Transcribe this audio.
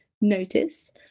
notice